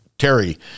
Terry